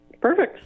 Perfect